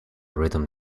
rhythm